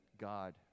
God